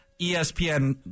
ESPN